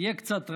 יהיה קצת רעש,